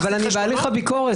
אבל אני בהליך הביקורת,